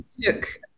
took